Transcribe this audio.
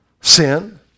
sin